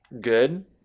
good